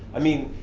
i mean,